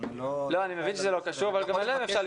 אני מבין שזה לא קשור, אבל גם אליהם אפשר לפנות.